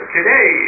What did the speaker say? Today